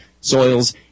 soils